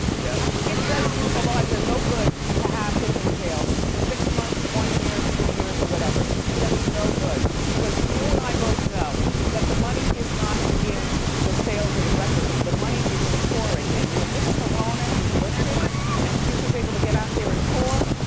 yeah ah it does you, eliza, no good to have him in jail for six months, one year, three years or whatever. it does you no good because you and i both know that the money is not in the sales of the records, the money is in touring. and when this corona is lifted and future's able to get out there and tour,